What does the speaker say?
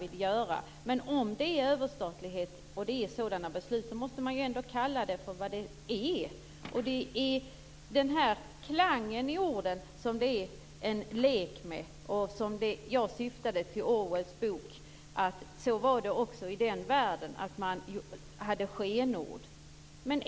Om det är fråga om beslut om överstatlighet, måste man dock använda den benämningen, men man vill undvika klangen i det ordet. I den värld som behandlas i årets bok, som jag talade om, använder man skenord.